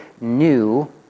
new